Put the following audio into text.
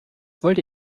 wollte